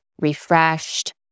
refreshed